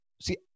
see